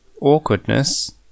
Awkwardness